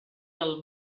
del